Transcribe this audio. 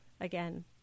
again